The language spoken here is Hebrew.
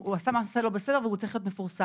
הוא עשה מעשה לא בסדר והוא צריך להיות מפורסם.